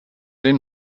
den